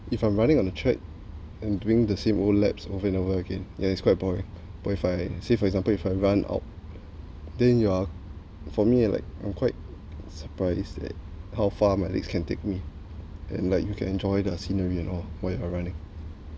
if I'm running on the track and doing the same old laps over and over again ya it's quite boring but if I say for example if I run out then you're for me like I'm quite surprised at how far my legs can take me and like you can enjoy the scenery and all while you're running